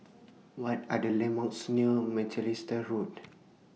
What Are The landmarks near Macalister Road